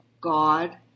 God